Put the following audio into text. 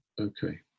Okay